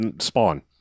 Spawn